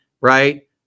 right